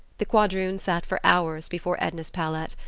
the quadroon sat for hours before edna's palette,